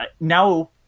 Now